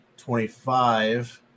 25